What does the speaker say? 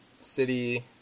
City